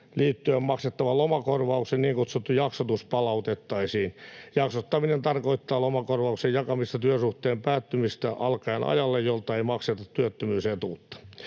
liittyen maksettavan lomakorvauksen niin kutsuttu jaksotus palautettaisiin. Jaksottaminen tarkoittaa lomakorvauksen jakamista työsuhteen päättymisestä alkaen ajalle, jolta ei makseta työttömyysetuutta.